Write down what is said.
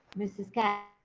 ms. katz